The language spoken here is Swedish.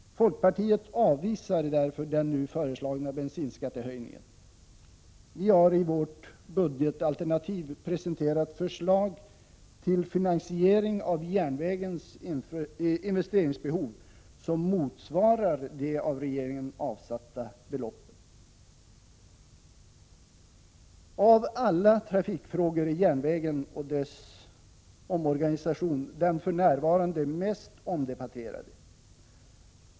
Folkpartiet avvisar därför den nu föreslagna bensinskattehöjningen. Vi har i vårt budgetalternativ presenterat förslag till finansiering av järnvägens investeringsbehov, som motsvarar de av regeringen avsatta beloppen. Av alla trafikfrågor är järnvägen och dess omorganisation den för närvarande mest omdebatterade.